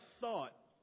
thought